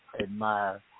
admire